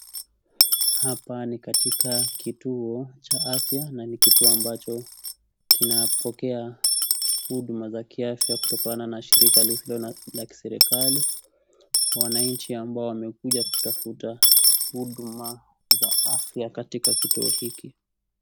Hapa ni katika kituo cha afya na ni kituo ambacho kinapokea Huduma za kiafya kutokana na shirika lisilo la kiserikali. Wananchi ambao wamekuja kutafuta huduma za afya katika kituo hiki.